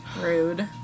rude